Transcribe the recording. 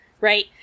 right